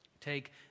Take